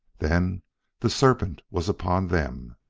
then the serpent was upon them.